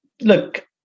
look